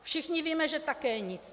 Všichni víme, že také nic.